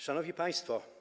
Szanowni państwo.